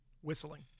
Whistling